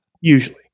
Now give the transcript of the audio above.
Usually